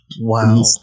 Wow